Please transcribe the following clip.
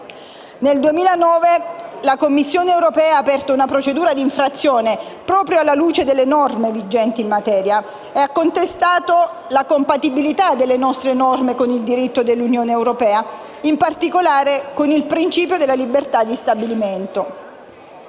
Nel 2009 la Commissione europea ha aperto una procedura di infrazione proprio alla luce delle norme vigenti in materia, contestandone la compatibilità con il diritto dell'Unione europea, in particolare con il principio della libertà di stabilimento.